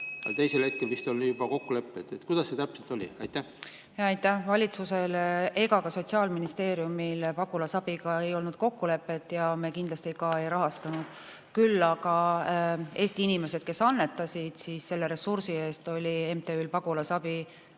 teisel hetkel vist olid juba kokkulepped. Kuidas see täpselt oli? Hea